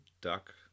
duck